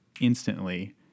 instantly